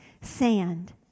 sand